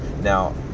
Now